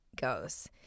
goes